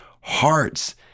hearts